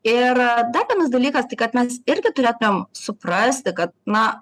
ir dar vienas dalykas tai kad mes irgi turėtumėm suprasti kad na